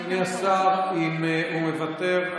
אדוני השר, אם הוא מוותר,